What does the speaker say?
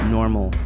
Normal